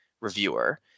reviewer